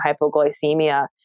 hypoglycemia